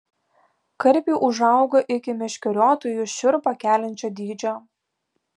karpiai užauga iki meškeriotojui šiurpą keliančio dydžio